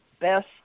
best